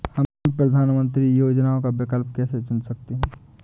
हम प्रधानमंत्री योजनाओं का विकल्प कैसे चुन सकते हैं?